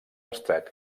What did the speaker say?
estret